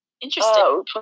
Interesting